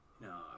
No